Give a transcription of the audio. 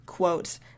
quote